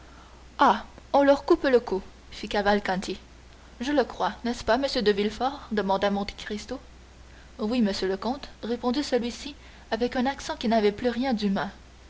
on leur coupe le cou fit cavalcanti je le crois n'est-ce pas monsieur de villefort demanda monte cristo oui monsieur le comte répondit celui-ci avec un accent qui n'avait plus rien d'humain